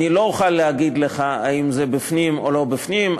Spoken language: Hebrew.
אני לא אוכל להגיד לך אם זה בפנים או לא בפנים.